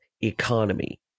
economy